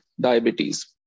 diabetes